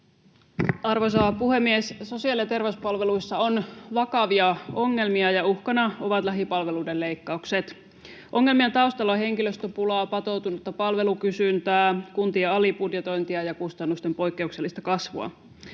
Arvoisa puhemies! Sosiaali- ja terveyspalveluissa on vakavia ongelmia, ja uhkana ovat lähipalveluiden leikkaukset. Ongelmien taustalla on henkilöstöpulaa, patoutunutta palvelukysyntää, kuntien alibudjetointia ja kustannusten poikkeuksellista kasvua.